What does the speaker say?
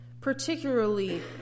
particularly